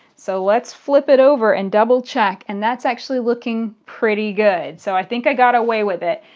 so let's flip it over and double-check. and that's actually looking pretty good, so i think i got away with it,